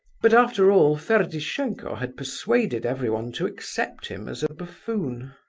but after all ferdishenko had persuaded everyone to accept him as a buffoon.